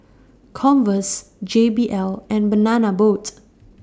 Converse J B L and Banana Boat